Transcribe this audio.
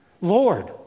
Lord